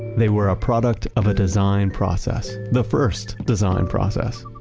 they were a product of a design process, the first design process.